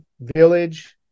village